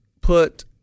put